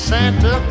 Santa